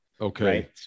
Okay